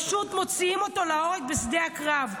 פשוט מוציאים אותו להורג בשדה הקרב.